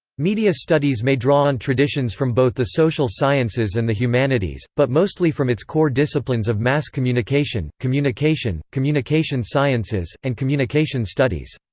media studies may draw on traditions from both the social sciences and the humanities, but mostly from its core disciplines of mass communication, communication, communication sciences, and communication studies.